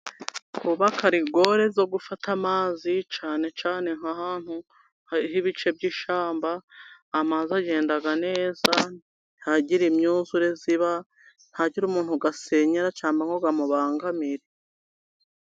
Kubaka rigori zo gufata amazi, cyane cyane nk'ahantu h'ibice by'ishyamba, amazi agenda neza, ntihagire imyuzure iba, ntihagire umuntu asenyera cyangwa ngo amubangamire.